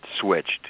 switched